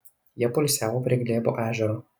jie poilsiavo prie glėbo ežero